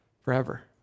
forever